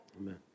Amen